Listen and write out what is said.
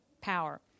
power